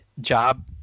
job